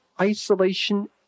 isolation